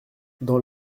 dans